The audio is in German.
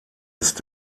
ist